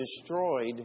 destroyed